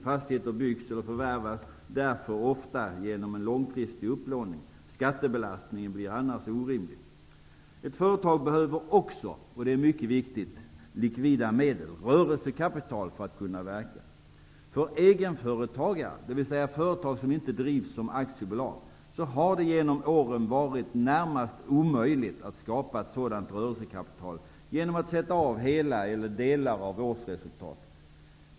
Fastigheter byggs eller förvärvas därför oftast genom långfristig upplåning. Skattebelastningen blir annars orimlig. Ett företag behöver också, och det är mycket viktigt, likvida medel, alltså rörelsekapital, för att kunna verka. För egenföretagare -- dvs. företag som inte drivs som aktiebolag -- har det genom åren varit närmast omöjligt att skapa sådant rörelsekapital genom att sätta av hela eller delar av årsresultatet.